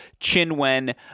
Chinwen